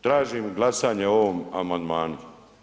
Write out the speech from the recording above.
Tražim glasanje o ovom amandmanu.